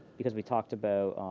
because we talked about